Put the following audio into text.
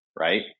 right